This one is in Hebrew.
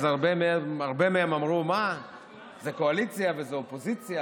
הרבה מהם אמרו: זו קואליציה וזו אופוזיציה,